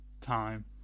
time